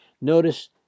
Notice